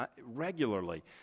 Regularly